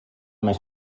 més